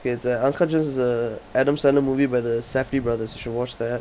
K it's a uncut gems is a adam sandler movie by the safdie brothers you should watch that